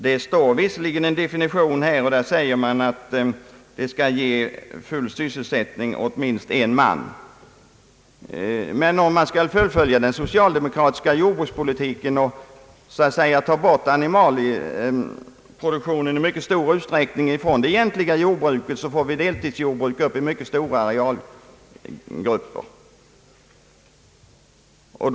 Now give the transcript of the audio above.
Det finns visserligen en definition i utlåtandet, nämligen att företaget skall ge full sysselsättning åt minst en man. Men om vi skall fullfölja den socialdemokratiska jordbrukspolitiken och i mycket stor utsträckning ta bort animalieproduktionen från det egentliga jordbruket, får vi deltidsjordbruk i även de högre arealgrupperna.